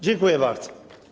Dziękuję bardzo.